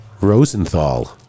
Rosenthal